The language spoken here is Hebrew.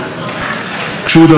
כשהוא דבק